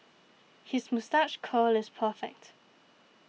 his moustache curl is perfect